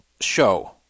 show